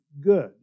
good